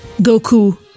Goku